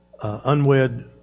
unwed